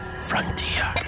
Frontier